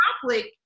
conflict